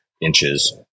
inches